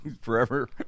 forever